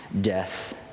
death